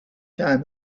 time